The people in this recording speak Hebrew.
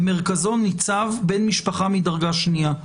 במרכזו ניצב בן משפחה מדרגה שנייה,